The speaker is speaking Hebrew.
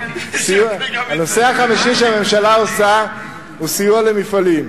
הנושא החמישי שהממשלה פועלת בו הוא סיוע למפעלים.